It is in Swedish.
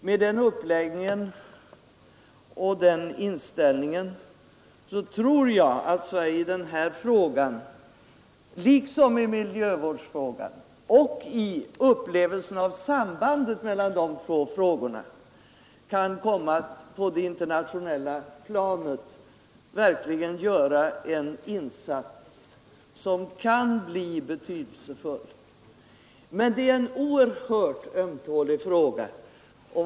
Med den inställningen och med den uppläggningen av arbetet tror jag att Sverige i den här frågan, liksom i miljövårdsfrågan och Nr 122 när det gäller upplevelsen av sambandet mellan dessa båda frågor, kan Onsdagen den komma att på det internationella planet verkligen göra en insats som kan 22 november 1972 bli betydelsefull.